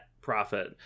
profit